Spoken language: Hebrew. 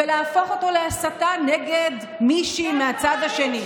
ולהפוך אותו להסתה נגד מישהי מהצד השני?